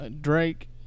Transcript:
Drake